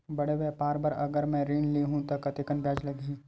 बड़े व्यापार बर अगर मैं ऋण ले हू त कतेकन ब्याज लगही?